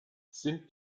sind